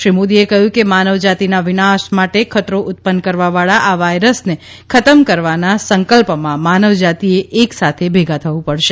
શ્રી મોદીએ કહ્યું કે માનવજાતિના વિનાશ માટે ખતરો ઉત્પન્ન કરવાવાળા આ વાયરસને ખતમ કરવાના સંકલ્પમાં માનવજાતિએ એકસાથે ભેગા થવું પડશે